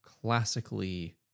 classically